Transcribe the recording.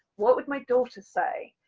what would my daughter say.